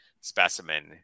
specimen